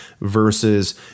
versus